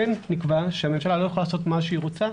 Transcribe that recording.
כן נקבע שהממשלה לא יכולה לעשות מה שהיא רוצה,